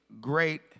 great